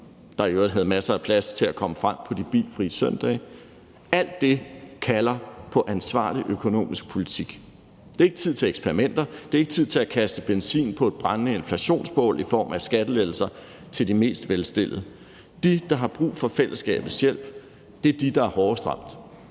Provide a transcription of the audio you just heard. der i øvrigt havde masser af plads til at komme frem på de bilfrie søndage. Alt det kalder på ansvarlig økonomisk politik. Det er ikke tid til eksperimenter. Det er ikke tid til at kaste benzin på et brændende inflationsbål i form af skattelettelser til de mest velstillede. De, der har brug for fællesskabets hjælp, er dem, der er hårdest ramt,